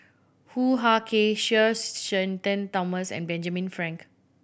Hoo Ah Kay Sir Shenton Thomas and Benjamin Frank